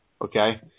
okay